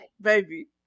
Baby